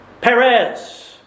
Perez